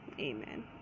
Amen